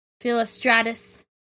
Philostratus